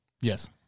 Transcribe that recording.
Yes